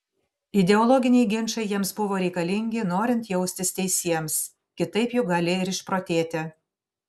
ideologiniai ginčai jiems buvo reikalingi norint jaustis teisiems kitaip juk gali ir išprotėti